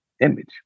image